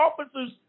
officers